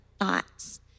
thoughts